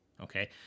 okay